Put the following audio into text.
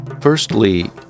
Firstly